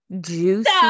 juicy